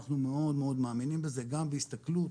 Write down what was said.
אנחנו מאוד מאמינים בזה, גם בהסתכלות,